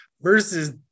versus